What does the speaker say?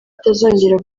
atazongera